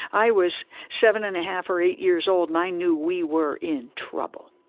i was seven and a half or eight years old, and i knew we were in trouble.